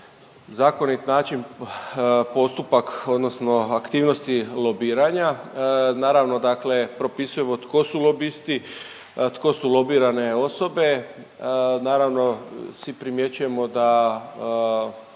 zakonit način postupak odnosno aktivnosti lobiranja naravno dakle propisujemo tko su lobisti, tko su lobirane osobe. Naravno svi primjećujemo da